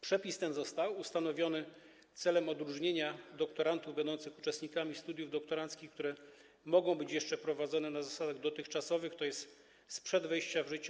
Przepis ten został ustanowiony w celu odróżnienia doktorantów będących uczestnikami studiów doktoranckich, które mogą być jeszcze prowadzone na zasadach dotychczasowych, tj. sprzed wejścia w życie